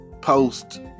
post